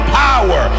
power